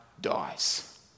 dies